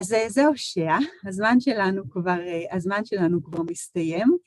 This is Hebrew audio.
אז זה הושע, הזמן שלנו כבר מסתיים.